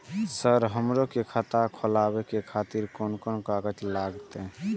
Sir हमरो के खाता खोलावे के खातिर कोन कोन कागज लागते?